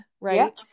right